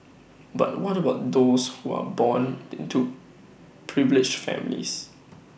but what about those who are born into privileged families